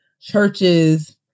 churches